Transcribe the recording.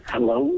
Hello